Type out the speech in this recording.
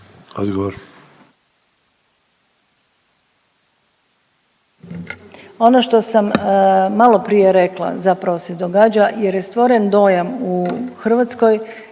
Zlata** Ono što sam malo prije rekla zapravo se događa jer je stvoren dojam u Hrvatskoj